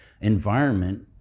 environment